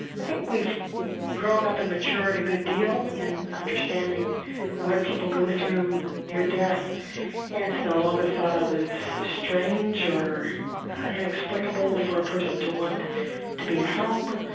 i think we've grown up and matured a good deal in understanding what people go through near death, and it's no longer thought of as strange or inexplicable for a person to want to be at home,